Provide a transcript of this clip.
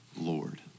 Lord